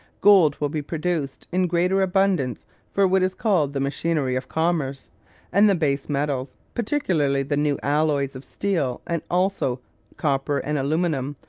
gold will be produced in greater abundance for what is called the machinery of commerce and the base metals, particularly the new alloys of steel and also copper and aluminium,